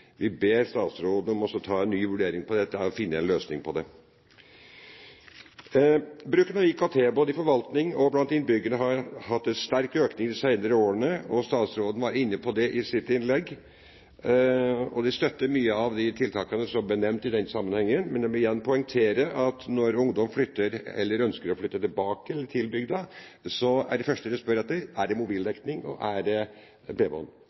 Vi ber statsråden ta en ny vurdering av dette og finne en løsning på det. Bruken av IKT, både i forvaltningen og blant innbyggerne, har hatt en sterk økning de senere årene. Statsråden var inne på det i sitt innlegg, og vi støtter mange av de tiltakene som ble nevnt i den sammenhengen. Men jeg må igjen poengtere at når ungdom ønsker å flytte tilbake til, eller til, bygda, er det første de spør etter, mobildekning og bredbånd. Og da er det ikke snakk om 640 kbps, som er